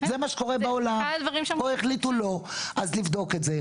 זה מה שקורה בעולם ופה החליטו שלא אז לבדוק את זה.